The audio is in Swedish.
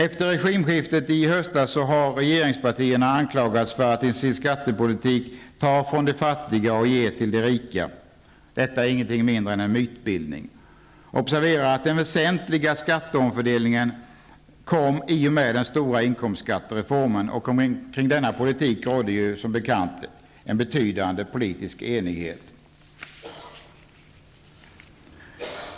Efter regimskifet i höstas har regeringspartierna anklagats för att i sin skattepolitik ta från de fattiga och ge till de rika. Detta är inget mindre än en mytbildning. Observera att den väsentliga skatteomfördelningen kom i och med den stora inkomstskattereformen. Och kring denna politik rådde som bekant en betydande politisk enighet.